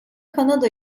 kanada